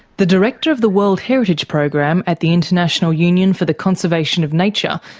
the director of the world heritage program at the international union for the conservation of nature,